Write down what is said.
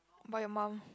but your mum